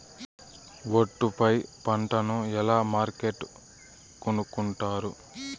ఒట్టు పై పంటను ఎలా మార్కెట్ కొనుక్కొంటారు?